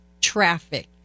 traffic